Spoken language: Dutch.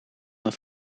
het